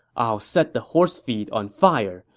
i'll set the horse feed on fire.